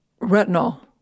Retinol